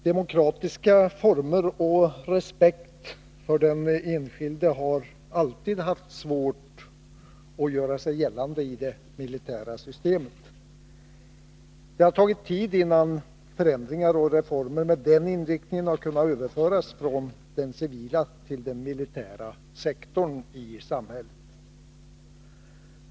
Herr talman! Demokratiska former och respekt för den enskilde har alltid haft svårt att göra sig gällande i det militära systemet. Det har tagit tid innan förändringar och reformer med den inriktningen har kunnat överföras från den civila till den militära sektorn av samhället.